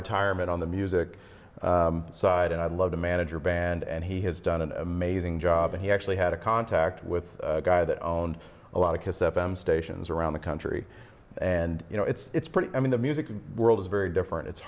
retirement on the music side and i love the manager band and he has done an amazing job and he actually had a contact with a guy that owned a lot of kiss f m stations around the country and you know it's it's pretty i mean the music world is very different it's